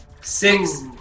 six